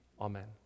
amen